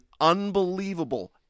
unbelievable